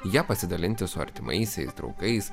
ja pasidalinti su artimaisiais draugais